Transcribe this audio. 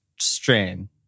strain